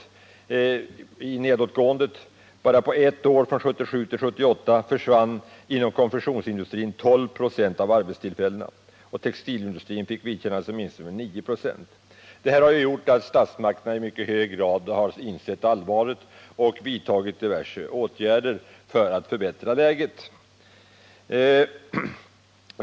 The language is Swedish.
Bara på ett år från 1977 till 1978 försvann inom konfektionsindustrin 12 96 av arbetstillfällena, medan textilindustrin fick vidkännas en minskning med 9 96. Detta har gjort att statsmakterna i mycket hög grad har insett allvaret och vidtagit diverse åtgärder för att förbättra läget.